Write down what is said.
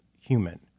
human